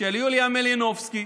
של יוליה מלינובסקי